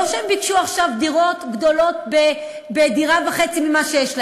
לא שהם ביקשו עכשיו דירות גדולות בדירה וחצי ממה שיש להם.